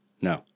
No